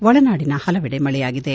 ಒಳನಾಡಿನ ಹಲವೆಡೆ ಮಳೆಯಾಗಿದೆ